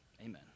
Amen